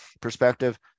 perspective